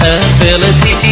ability